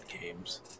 games